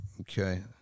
Okay